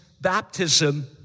baptism